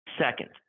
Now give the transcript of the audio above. Second